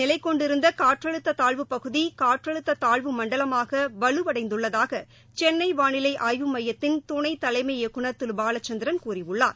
நிலைகொண்டிருந்தகாற்றழுத்ததாழ்வுப்பகுதி வங்கக்கடலில் காற்றழுத்ததாழ்வு மண்டலமாகவலுவடைந்துள்ளதாகசென்னைவானிலைஆய்வு மையத்தின் துணைதலைமை இயக்குனர் திருபாலச்சந்திரன் கூறியுள்ளார்